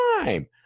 time